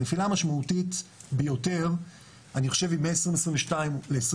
הנפילה המשמעותית ביותר אני חושב היא בין 2022 ל-2023.